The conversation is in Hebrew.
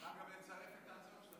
אנחנו נצרף את ההצעות שלכם.